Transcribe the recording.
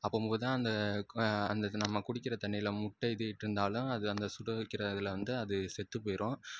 அப்போதான் அந்த அந்த நம்ம குடிக்கிற தண்ணீரில் முட்டை இது இட்டிருந்தாலும் அது அந்த சுட வைக்கிற இதில் வந்து அது செத்துப்போயிடும்